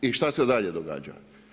I šta se dalje događa?